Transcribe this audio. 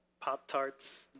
Pop-Tarts